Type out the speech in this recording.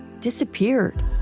disappeared